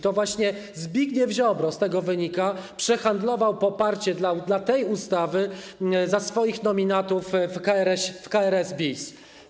To właśnie Zbigniew Ziobro, z tego wynika, przehandlował poparcie dla tej ustawy za swoich nominatów w KRS bis.